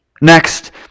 Next